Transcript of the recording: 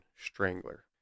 Strangler